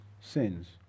sins